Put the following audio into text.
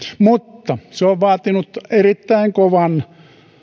mutta se on vaatinut erittäin kovan